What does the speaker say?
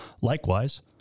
Likewise